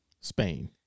Spain